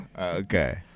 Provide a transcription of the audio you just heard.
Okay